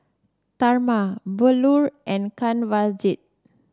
Tharman Bellur and Kanwaljit